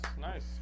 nice